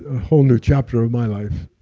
ah whole new chapter of my life.